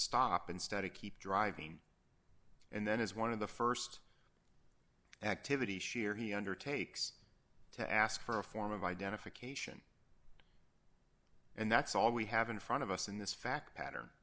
stop instead of keep driving and then as one of the st activity she or he undertakes to ask for a form of identification and that's all we have in front of us in this fact pattern